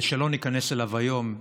שלא ניכנס אליו היום,